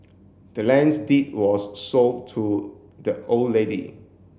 the land's deed was sold to the old lady